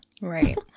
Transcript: Right